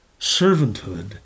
servanthood